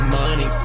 money